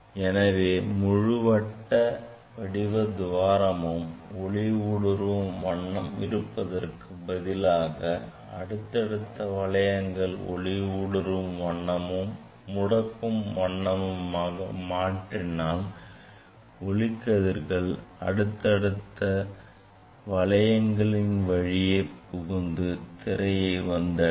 எனவே முழு வட்ட வடிவ துவாரமும் ஒளி ஊடுருவும் வண்ணம் இருப்பதற்கு பதிலாக அடுத்தடுத்த வளையங்கள் ஒளி ஊடுருவும் வண்ணமும் முடக்கும் வண்ணமுமாக மாற்றினால் ஒளிக்கதிர்கள் அடுத்தடுத்த வளையங்களின் வழியே புகுந்து திரையை வந்தடையும்